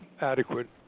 adequate